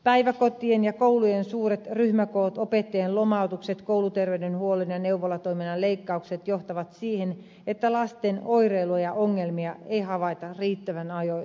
päiväkotien ja koulujen suuret ryhmäkoot opettajien lomautukset kouluterveydenhuollon ja neuvolatoiminnan leikkaukset johtavat siihen että lasten oireilua ja ongelmia ei havaita riittävän ajoissa